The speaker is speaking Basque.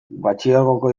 batxilergoko